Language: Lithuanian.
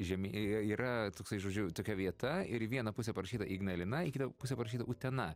žemi yra toksai žodžiu tokia vieta ir į vieną pusę parašyta ignalina į kitą puasę parašyta utena